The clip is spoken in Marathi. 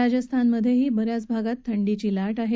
राजस्थानमधेही ब याच भागात थंडीची लाट आहे